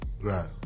Right